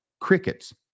crickets